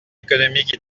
économique